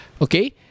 okay